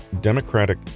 democratic